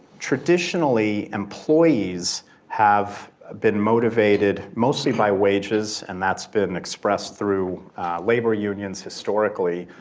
traditionally, employees have been motivated mostly by wages and that's been expressed through labor unions historically.